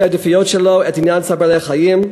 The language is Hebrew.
העדיפויות שלו את עניין צער בעלי-החיים.